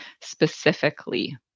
specifically